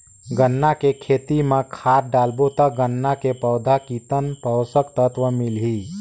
गन्ना के खेती मां खाद डालबो ता गन्ना के पौधा कितन पोषक तत्व मिलही?